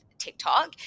TikTok